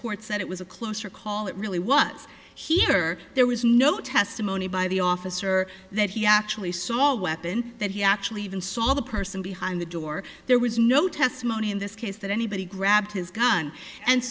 court said it was a closer call it really was here or there was no testimony by the officer that he actually saw weapon that he actually even saw the person behind the door there was no testimony in this case that anybody grabbed his gun and